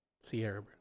Sierra